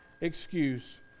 excuse